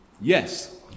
Yes